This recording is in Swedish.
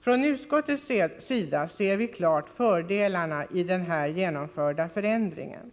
Från utskottets sida ser vi klart fördelarna i den genomförda förändringen.